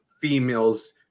females